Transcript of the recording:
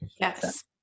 Yes